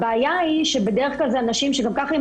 הבעיה היא שבדרך כלל אנשים גם ככה עם